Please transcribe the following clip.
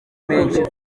menshi